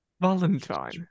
Valentine